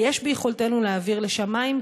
ויש ביכולתנו להעביר לשם מים,